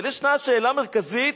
אבל ישנה שאלה מרכזית